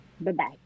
Bye-bye